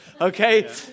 okay